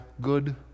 good